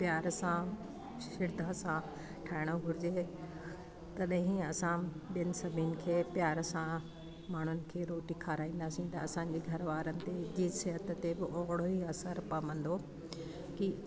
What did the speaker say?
प्यार सां श्रद्धा सां ठाहिणो घुरिजे तॾहिं ही असां ॿियनि सभिनि खे प्यार सां माण्हुनि खे रोटी खाराईंदासीं असांजे घर वारनि ते जी सिहत ते बि ओड़ो ही असर पवंदो की